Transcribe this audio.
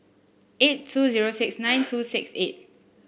eight two zero six nine two six eight